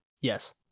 Yes